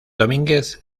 domínguez